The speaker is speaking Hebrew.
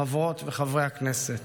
חברות וחברי הכנסת,